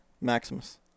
Maximus